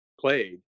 played